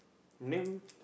name